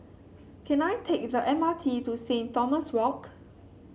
can I take the M R T to Saint Thomas Walk